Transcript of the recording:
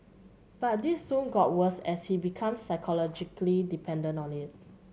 but this soon got worse as he became psychologically dependent on it